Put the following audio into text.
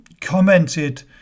commented